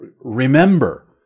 remember